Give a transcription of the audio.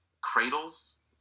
cradles